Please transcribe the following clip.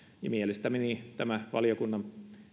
mielestäni tämä valiokunnan